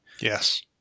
Yes